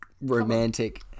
Romantic